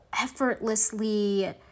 effortlessly